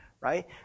right